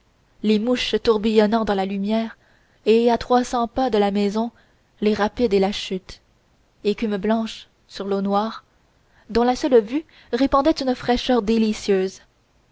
les mouches tourbillonnant dans la lumière et à trois cents pas de la maison les rapides et la chute écume blanche sur l'eau noire dont la seule vue répandait une fraîcheur délicieuse